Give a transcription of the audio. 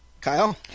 Kyle